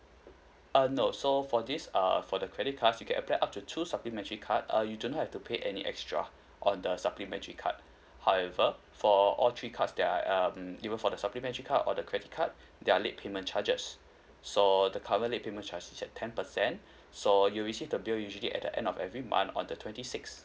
uh no so for this err for the credit card you can apply up to two supplementary card uh you do not have to pay any extra on the supplementary card however for all three cards their um even for the supplementary card or the credit card they're late payment charges so the current late payment charges is at ten percent so you receive the bill usually at the end of every month on the twenty six